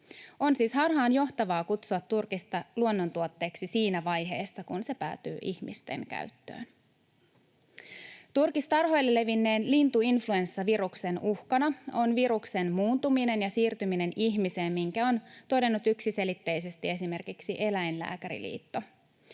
On siis harhaanjohtavaa kutsua turkista luonnontuotteeksi siinä vaiheessa, kun se päätyy ihmisten käyttöön. Turkistarhoille levinneen lintuinfluenssaviruksen uhkana on viruksen muuntuminen ja siirtyminen ihmiseen, minkä on todennut yksiselitteisesti esimerkiksi Eläinlääkäriliitto.